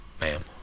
Ma'am